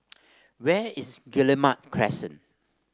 where is Guillemard Crescent